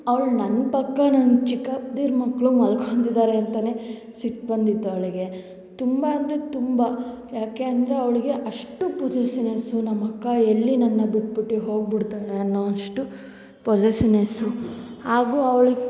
ಅವ್ಳು ನನ್ನ ಪಕ್ಕ ನನ್ನ ಚಿಕ್ಕಪ್ದಿರ ಮಕ್ಕಳು ಮಲ್ಕೊತಿದ್ದಾರೆ ಅಂತಲೇ ಸಿಟ್ಟು ಬಂದಿತ್ತು ಅವಳಿಗೆ ತುಂಬ ಅಂದರೆ ತುಂಬ ಯಾಕೆ ಅಂದರೆ ಅವಳಿಗೆ ಅಷ್ಟು ಪೊಸೆಸ್ಸಿವ್ನೆಸ್ಸು ನಮ್ಮ ಅಕ್ಕ ಎಲ್ಲಿ ನನ್ನ ಬಿಟ್ಬಿಟ್ಟು ಹೋಗಿಬಿಡ್ತಾಳೆ ಅನ್ನುವಷ್ಟು ಪೊಸೆಸ್ಸಿವ್ನೆಸ್ಸು ಹಾಗೂ ಅವ್ಳಿಗೆ